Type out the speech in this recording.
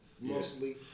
mostly